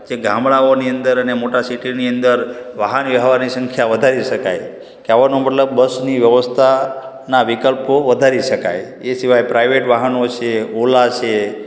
જે ગામડાંઓની અંદર અને મોટાં સિટીની અંદર વાહન વ્યવહારની સંખ્યા વધારી શકાય કહેવાનો મતલબ બસની વ્યવસ્થાના વિકલ્પો વધારી શકાય એ સિવાય પ્રાઈવેટ વાહનો છે ઓલા છે